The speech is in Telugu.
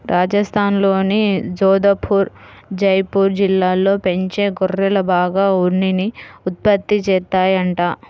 రాజస్థాన్లోని జోధపుర్, జైపూర్ జిల్లాల్లో పెంచే గొర్రెలు బాగా ఉన్నిని ఉత్పత్తి చేత్తాయంట